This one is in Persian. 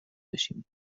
بشیم